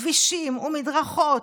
כבישים ומדרכות,